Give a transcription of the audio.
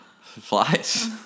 Flies